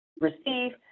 Receive